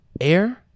air